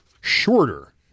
shorter